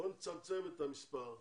בואו נצמצם את המספר,